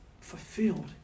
fulfilled